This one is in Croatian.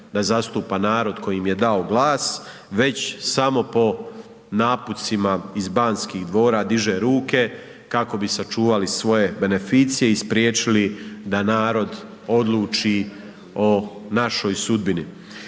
da zastupa narod koji im je dao glas već samo po naputcima iz Banskih dvora diže ruke kako bi sačuvali svoje beneficije i spriječili da narod odluči o našoj sudbini.